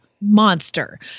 monster